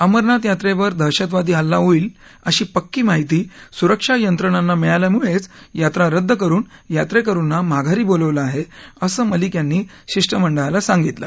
अमरनाथ यात्रेवर दहशतवादी हल्ला होईल अशी पक्की माहिती सुरक्षा यंत्रणांना मिळाल्यामुळेच यात्रा रद्द करून यात्रेकरूना माघारी बोलवलं आहे असं मलिक यांनी शिष्टमंडळाला सांगितलं